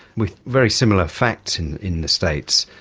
with very similar facts in in the states.